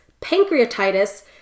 pancreatitis